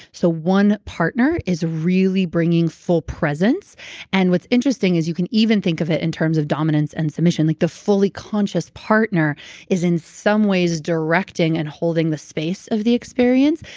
so one partner is really bringing full presence and what's interesting is you can even think of it in terms of dominance and submission. like the fully conscious partner is in some ways directing and holding the space of the experience.